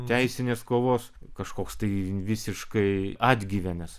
teisinės kovos kažkoks tai visiškai atgyvenęs